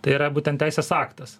tai yra būtent teisės aktas